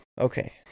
Okay